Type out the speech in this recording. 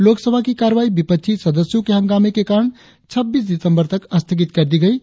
लोकसभा की कार्यवाही विपक्षी सदस्यों के हंगामे के कारण छब्बीस दिसंबर तक स्थगित कर दी गई है